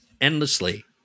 endlessly